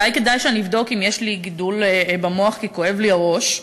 אולי כדאי שאני אבדוק אם יש לי גידול במוח כי כואב לי הראש,